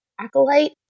acolyte